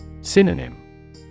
Synonym